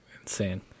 insane